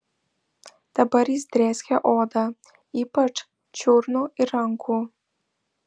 dabar jis drėskė odą ypač čiurnų ir rankų